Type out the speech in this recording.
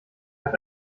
hat